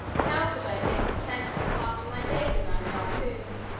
how could i think with temper of passing my days among yahoos,